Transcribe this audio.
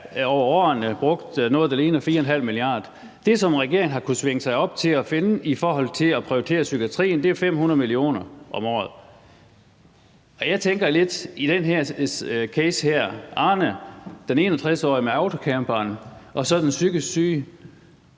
over årene have brugt noget, der ligner 4,5 mia. kr. Det, som regeringen har kunnet svinge sig op til at finde i forhold til at prioritere psykiatrien, er 500 mio. kr. om året. Og jeg tænker lidt i forhold til den her case, altså det med Arne, den 61-årige med autocamperen, og så den psykisk syge: